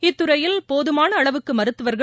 இத்துறையில் போதுமான அளவுக்கு மருத்துவர்கள்